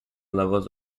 levels